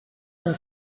her